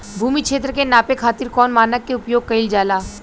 भूमि क्षेत्र के नापे खातिर कौन मानक के उपयोग कइल जाला?